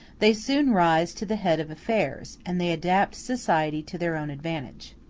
they soon rise to the head of affairs, and they adapt society to their own advantage.